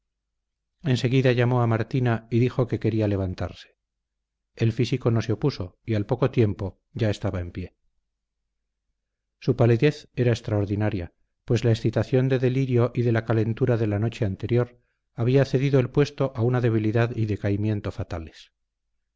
enseguida llamó a martina y dijo que quería levantarse el físico no se opuso y al poco tiempo ya estaba en pie su palidez era extraordinaria pues la excitación de delirio y de la calentura de la noche anterior había cedido el puesto a una debilidad y decaimiento fatales